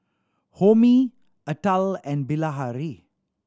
Homi Atal and Bilahari